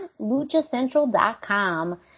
LuchaCentral.com